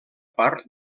part